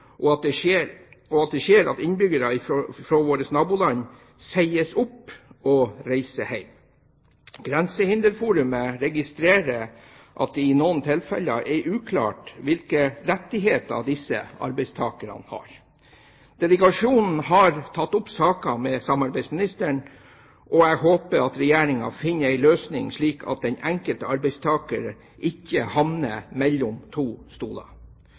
det nordiske arbeidsmarkedet, og vi ser at innbyggere fra våre naboland sies opp og reiser hjem. Grensehinderforumet registrerer at det i noen tilfeller er uklart hvilke rettigheter disse arbeidstakerne har. Delegasjonen har tatt opp saken med samarbeidsministeren, og jeg håper at Regjeringen finner en løsning slik at den enkelte arbeidstaker ikke havner mellom to stoler.